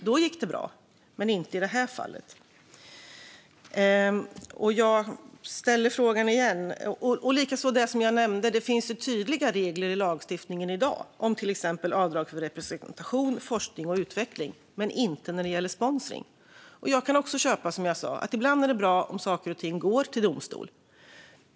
Då gick det bra men inte i det här fallet. Det finns också tydliga regler i lagstiftningen i dag om till exempel avdrag för representation, forskning och utveckling men inte när det gäller sponsring, vilket jag nämnde. Som jag sa kan jag köpa att det ibland är bra om saker och ting går till domstol.